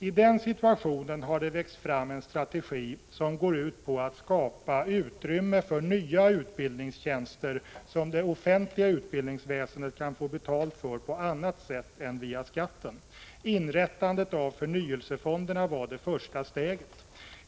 I denna situation har det växt fram en strategi som går ut på att skapa utrymme för nya utbildningstjänster, som det offentliga utbildningsväsendet kan få betalt för på annat sätt än via skatten. Inrättandet av förnyelsefonderna var det första steget.